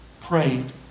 prayed